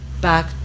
back